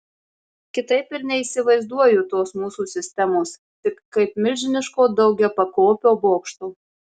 kitaip ir neįsivaizduoju tos mūsų sistemos tik kaip milžiniško daugiapakopio bokšto